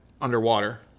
underwater